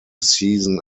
season